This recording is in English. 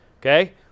okay